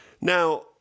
Now